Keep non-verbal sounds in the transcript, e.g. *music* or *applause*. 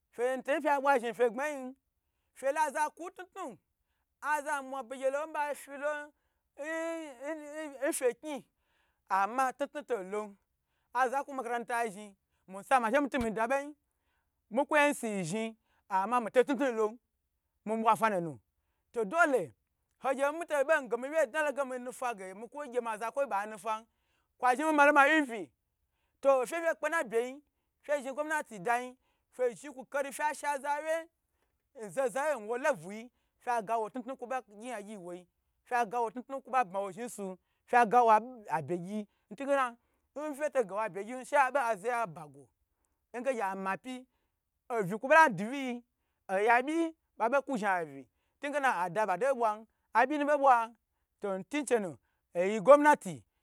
Fe ba bwa zhni fye gbmai fe laza ku tnutnu aza musa bege nfe kni *hesitation* fe kni ama atutu to lo azaku makaranta zhri musama she mi to midabo yin miku zhri ama mito knu knu bn mi bwa fa nuto dole mito bonge miwye dna lon mi nufage miku gye ma zakwoyi ba na fa kwa zhni mi malo ma wi vi to ofe fu kpe na bye yin nfe zhni gomnati daye fe zhi kukari fye sha za wye n zozoyi nwo levu yi fe ga wa tu tu nkwo ba gyi yan gyi woo, fye gowa tun tun kwo bo bma wo zhi zu fye gawo abyegy ntuge nfe gawo abye gyin she abe azaya aba go nge ama pyi ovi kwo bola duwi oya byi babo ku zhi avi ntugena ada bato bwa abyi nu bobwa to ntunchenu yi gomnati.